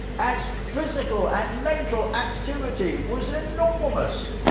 as physical and mental activity was enormous,